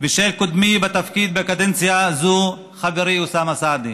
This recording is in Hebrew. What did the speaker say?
ושל קודמי בתפקיד בקדנציה הזו, חברי אוסאמה סעדי.